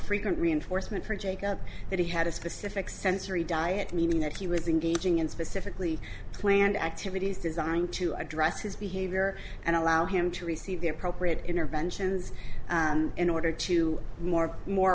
frequent reinforcement for jacob that he had a specific sensory diet meaning that he was engaging in specifically planned activities designed to address his behavior and allow him to receive the appropriate interventions in order to more more